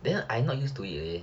then I not used to it leh